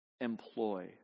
employ